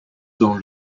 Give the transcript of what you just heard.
dans